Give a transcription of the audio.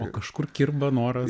o kažkur kirba noras